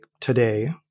today